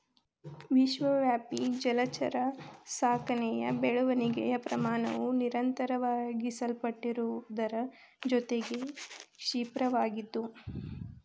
ವಿಶ್ವವ್ಯಾಪಿ ಜಲಚರ ಸಾಕಣೆಯ ಬೆಳವಣಿಗೆಯ ಪ್ರಮಾಣವು ನಿರಂತರವಾಗಿ ಸಲ್ಪಟ್ಟಿರುವುದರ ಜೊತೆಗೆ ಕ್ಷಿಪ್ರವಾಗಿದ್ದು